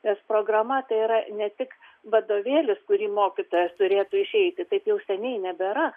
nes programa tai yra ne tik vadovėlis kurį mokytojas turėtų išeiti taip jau seniai nebėra